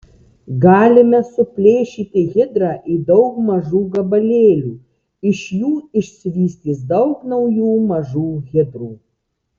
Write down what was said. galime suplėšyti hidrą į daug mažų gabalėlių iš jų išsivystys daug naujų mažų hidrų